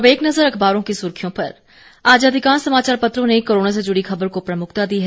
अब एक नज़र अखबारों की सुर्खियों पर आज अधिकांश समाचार पत्रों ने कोरोना से जुड़ी खबर को प्रमुखता दी है